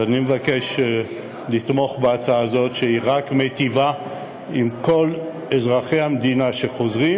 אני מבקש לתמוך בהצעה הזאת שרק מיטיבה עם כל אזרחי המדינה שחוזרים,